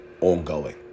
ongoing